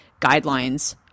guidelines